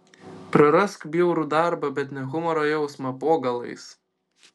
prarask bjaurų darbą bet ne humoro jausmą po galais